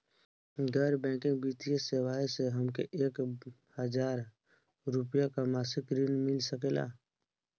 गैर बैंकिंग वित्तीय सेवाएं से हमके एक हज़ार रुपया क मासिक ऋण मिल सकेला?